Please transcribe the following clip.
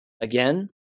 Again